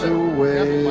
away